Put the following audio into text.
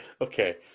Okay